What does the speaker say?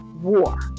War